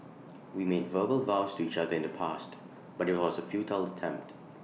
we made verbal vows to each other in the past but IT was A futile attempt